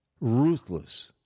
Ruthless